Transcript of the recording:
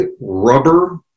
rubber